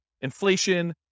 inflation